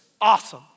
Awesome